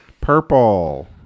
Purple